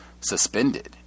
suspended